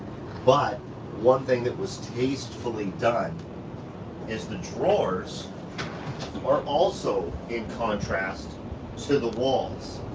but one thing that was tastefully done is the drawers are also in contrast to the walls.